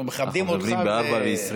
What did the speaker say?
אנחנו עומדים ב-04:20.